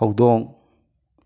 ꯍꯧꯗꯣꯡ